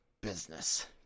business